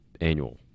annual